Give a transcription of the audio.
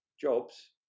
jobs